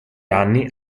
anni